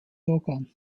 organ